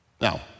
Now